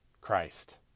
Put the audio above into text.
Christ